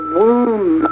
womb